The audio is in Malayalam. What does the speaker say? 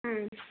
അതെ